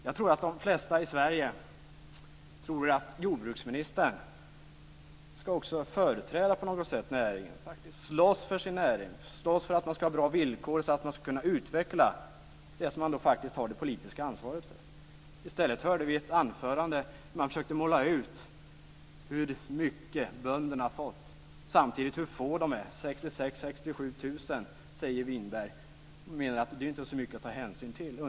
Jag tror att de flesta i Sverige tror att jordbruksministern på något sätt också skall företräda näringen, slåss för sin näring, slåss för att vi skall få bra villkor så att man skall kunna utveckla det som man faktiskt har det politiska ansvaret för. I stället hörde vi ett anförande där hon försökte måla ut hur mycket bönderna fått samtidigt som de är så få, 66 000-67 000, som Winberg säger. Underförstått att det inte är så mycket att ta hänsyn till.